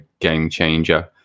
game-changer